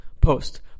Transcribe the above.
post